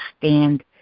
stand